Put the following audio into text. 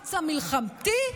למאמץ המלחמתי: